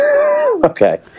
Okay